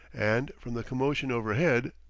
and, from the commotion overhead,